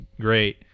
great